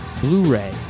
Blu-ray